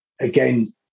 again